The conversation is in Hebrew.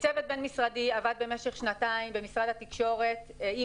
צוות בין-משרדי עבד במשך שנתיים במשרד התקשורת עם